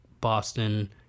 Boston